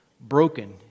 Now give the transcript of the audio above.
broken